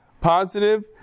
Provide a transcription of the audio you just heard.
positive